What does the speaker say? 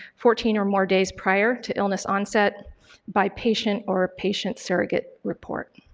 fourteen or more days prior to illness onset by patient or patient surrogate report.